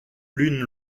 l’une